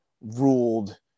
ruled